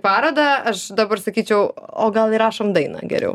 parodą aš dabar sakyčiau o gal įrašom dainą geriau